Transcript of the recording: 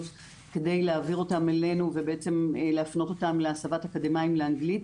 כדי להעביר אותם אלינו ובעצם להפנות אותם להסבת אקדמאים לאנגלית.